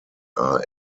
are